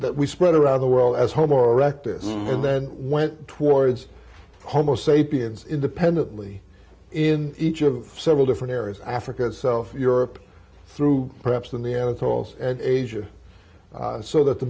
that we spread around the world as home or rectus and then went towards homo sapiens independently in each of several different areas africa itself europe through perhaps in the end it's all asia so that the